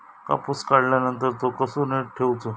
कापूस काढल्यानंतर तो कसो नीट ठेवूचो?